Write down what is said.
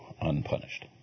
unpunished